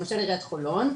למשל עיריית חולון.